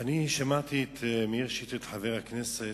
שמעתי את מאיר שטרית, חבר הכנסת,